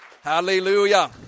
Hallelujah